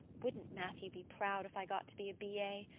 wouldn't matthew be proud if i got to be a b a?